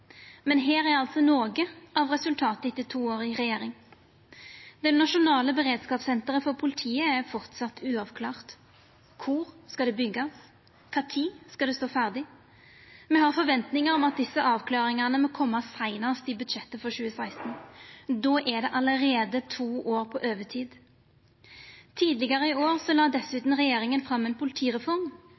Men her er noko av resultatet etter to år i regjering: Det nasjonale beredskapssenteret for politiet er framleis uavklart. Kvar skal det byggjast? Kva tid skal det stå ferdig? Me har forventningar om at desse avklaringane må koma seinast i budsjettet for 2016. Då er det allereie to år på overtid. Tidlegare i år la regjeringa dessutan fram ei politireform